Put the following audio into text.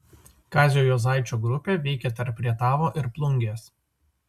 kazio juozaičio grupė veikė tarp rietavo ir plungės